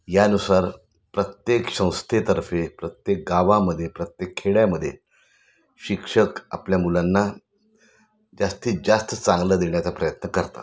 यानुसार प्रत्येक संस्थेतर्फे प्रत्येक गावामध्ये प्रत्येक खेड्यामध्ये शिक्षक आपल्या मुलांना जास्तीत जास्त चांगलं देण्याचा प्रयत्न करतात